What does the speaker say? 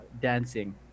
dancing